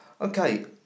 Okay